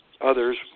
Others